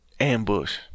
ambush